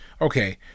okay